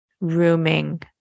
rooming